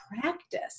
practice